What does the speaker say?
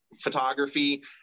photography